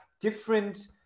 different